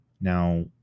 Now